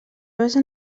basa